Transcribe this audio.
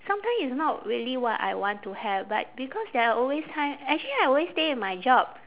sometimes it's not really what I want to have but because there are always time actually I always stay with my job